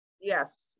Yes